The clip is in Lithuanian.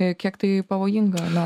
ė kiek tai pavojinga nato